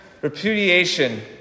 repudiation